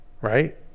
right